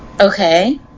Okay